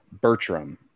Bertram